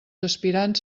aspirants